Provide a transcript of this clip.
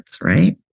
right